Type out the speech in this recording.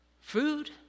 food